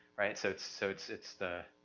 right, so it's, so it's, it's the,